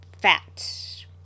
fat